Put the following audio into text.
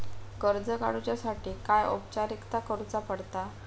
कर्ज काडुच्यासाठी काय औपचारिकता करुचा पडता?